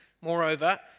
moreover